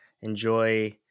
enjoy